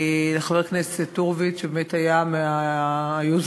לחבר הכנסת הורוביץ, שבאמת היה היוזם,